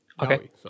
okay